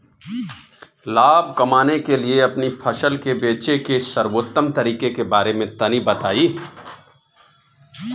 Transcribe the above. लाभ कमाने के लिए अपनी फसल के बेचे के सर्वोत्तम तरीके के बारे में तनी बताई?